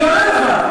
אני עונה לך.